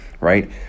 right